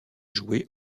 jouer